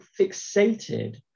fixated